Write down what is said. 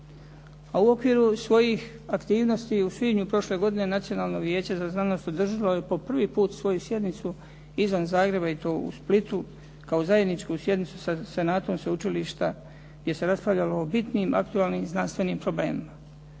A u okviru svojih aktivnosti u svibnju prošle godine, Nacionalno vijeće za znanost održalo je po prvi put svoju sjednicu izvan Zagreba i to u Splitu kao zajedničku sjednicu sa senatom sveučilišta gdje se raspravljalo o bitnim, aktualnim znanstvenim problemima.